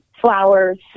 flowers